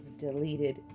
deleted